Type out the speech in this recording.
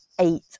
eight